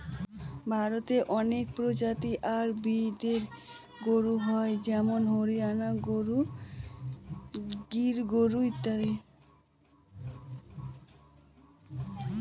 ভারতে অনেক প্রজাতি আর ব্রিডের গরু হয় যেমন হরিয়ানা গরু, গির গরু ইত্যাদি